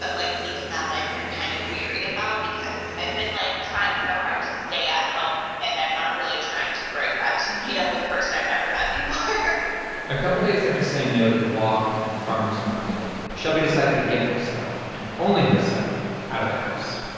but like, even that i've been kind of weary about because i've been, like, trying so hard to stay at home. and i'm not really trying to break that to meet up with a person i've never met before a couple days after saying no to the walk and the farmer's market, shelby decided to get herself and only herself out of the house.